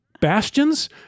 bastions